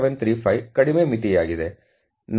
8735 ಕಡಿಮೆ ಮಿತಿಯಾಗಿದೆ